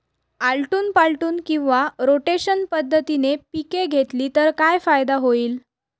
आलटून पालटून किंवा रोटेशन पद्धतीने पिके घेतली तर काय फायदा होईल?